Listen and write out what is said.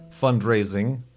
fundraising